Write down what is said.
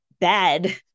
bad